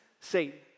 Satan